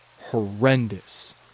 horrendous